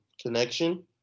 connection